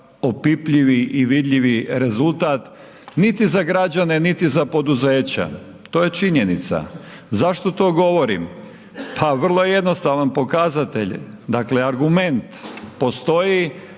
opipljivi i vidljivi rezultat niti za građane niti za poduzeća, to je činjenica. Zašto to govorim? Pa vrlo jednostavan pokazatelj, dakle argument postoji,